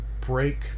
break